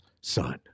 son